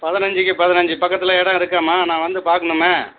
பதினஞ்சுக்கு பதினஞ்சு பக்கத்தில் இடம் இருக்காம்மா நான் வந்து பார்க்கணுமே